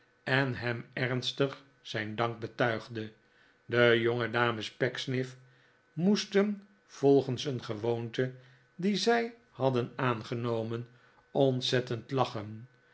en hem ernstig zijn dank betuigde de jongedames pecksniff moesten volgens een gewoonte die zij hadden aangenomen ontzettend lachen